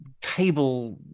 table